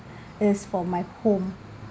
it's for my home